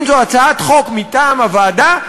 אם זו הצעת חוק מטעם הוועדה,